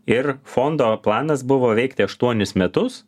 ir fondo planas buvo veikti aštuonis metus